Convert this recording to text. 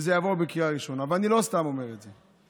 שזה יעבור בקריאה ראשונה, ואני לא סתם אומר את זה.